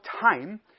time